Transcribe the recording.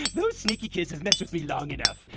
those sneaky kids have messed with me long enough!